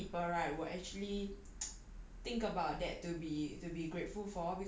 !wah! but that's an interesting answer because like not many people right were actually